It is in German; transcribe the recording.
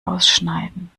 ausschneiden